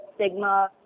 stigma